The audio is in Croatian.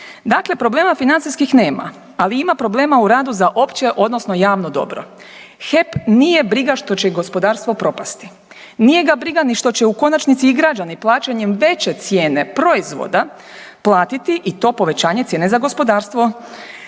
Dakle, problema financijskih nema, ali ima problema u radu za opće odnosno javno dobro. HEP nije briga što će gospodarstvo propasti, nije ga briga ni što će u konačnici i građani plaćanjem veće cijene proizvoda platiti i to povećanje cijene za gospodarstvo.